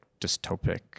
dystopic